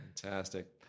Fantastic